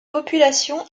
population